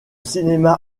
cinéma